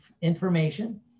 information